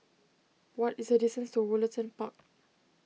what is the distance to Woollerton Park